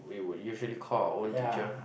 we would usually call our own teacher